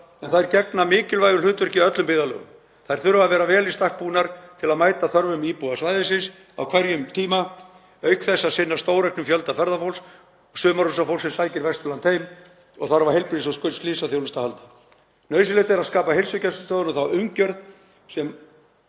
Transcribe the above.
en þær gegna mjög mikilvægu hlutverki í öllum byggðarlögum. Þær þurfa að vera vel í stakk búnar til að mæta þörfum íbúa svæðisins á hverjum tíma, auk þess að sinna stórauknum fjölda ferðafólks og sumarhúsafólks sem sækir Vesturland heim og þarf á heilbrigðis- og slysaþjónustu að halda. Nauðsynlegt er að skapa heilsugæslustöðvunum þá umgjörð að